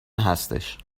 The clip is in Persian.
هستش